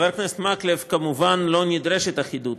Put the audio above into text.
חבר הכנסת מקלב, כמובן לא נדרשת אחידות.